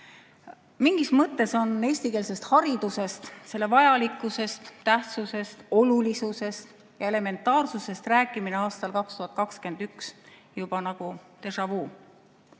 Mingis mõttes on eestikeelsest haridusest, selle vajalikkusest, tähtsusest, olulisusest ja elementaarsusest rääkimine aastal 2021 juba nagudéjà-vu.